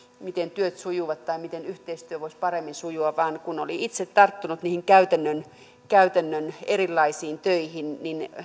miten työt sujuvat tai miten yhteistyö voisi paremmin sujua vaan kun on itse tarttunut niihin käytännön käytännön erilaisiin töihin